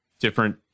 different